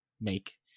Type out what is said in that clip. make